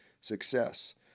success